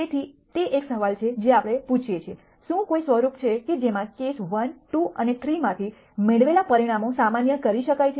તેથી તે એક સવાલ છે જે આપણે પૂછીએ છીએ શું કોઈ સ્વરૂપ છે કે જેમાં કેસ 1 2 અને 3 માંથી મેળવેલા પરિણામો સામાન્ય કરી શકાય છે